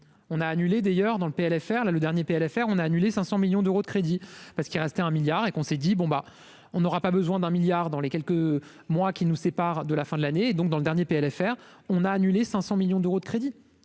on a annulé d'ailleurs dans le PLFR là le dernier PLFR on a annulé 500 millions d'euros de crédit parce qu'il restait un milliard et qu'on s'est dit bon bah on n'aura pas besoin d'un milliard dans les quelques mois qui nous séparent de la fin de l'année, donc dans le dernier PLFR on a annulé 500 millions d'euros de crédits